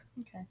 Okay